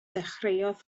ddechreuodd